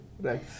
Right